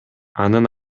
анын